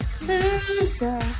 Loser